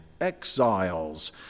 exiles